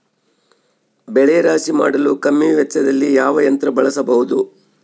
ಬೆಳೆ ರಾಶಿ ಮಾಡಲು ಕಮ್ಮಿ ವೆಚ್ಚದಲ್ಲಿ ಯಾವ ಯಂತ್ರ ಬಳಸಬಹುದು?